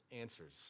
answers